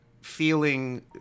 feeling